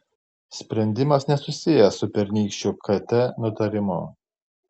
spendimas nesusijęs su pernykščiu kt nutarimu